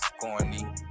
corny